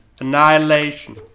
Annihilation